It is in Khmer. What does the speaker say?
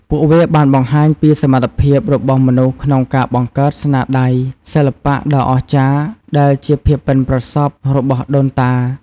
ពួកវាបានបង្ហាញពីសមត្ថភាពរបស់មនុស្សក្នុងការបង្កើតស្នាដៃសិល្បៈដ៏អស្ចារ្យ ដែលជាភាពប៉ិនប្រសប់របស់ដូនតា។